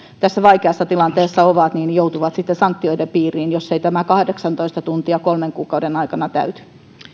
tässä vaikeassa tilanteessa ovat joutuvat sitten sanktioiden piiriin jos ei tämä kahdeksantoista tuntia kolmen kuukauden aikana täyty